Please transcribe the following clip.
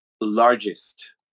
largest